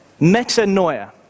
metanoia